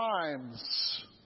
times